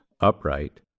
upright